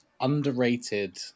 underrated